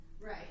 right